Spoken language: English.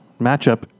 matchup